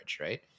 Right